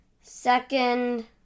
Second